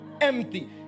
empty